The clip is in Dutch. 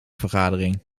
vergadering